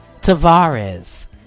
Tavares